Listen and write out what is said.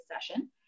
session